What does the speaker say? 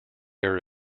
are